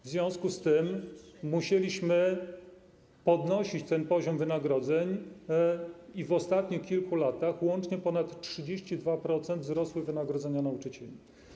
W związku z tym musieliśmy podnosić ten poziom wynagrodzeń i w ostatnich kilku latach łącznie ponad 32% wzrosły wynagrodzenia nauczycieli.